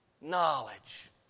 Knowledge